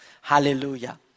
Hallelujah